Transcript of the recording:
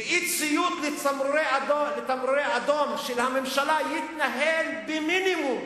ואי-ציות לתמרורי אדום של הממשלה, יתנהל במינימום